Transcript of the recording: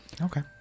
Okay